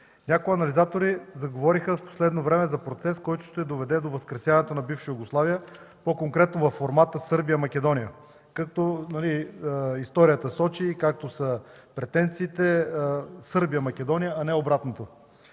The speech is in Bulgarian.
Някои анализатори заговориха в последно време за процес, който ще доведе до възкресяването на бивша Югославия, по-конкретно във формáта Сърбия – Македония. Историята сочи, че претенциите са Сърбия към Македония, а не обратното.